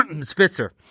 Spitzer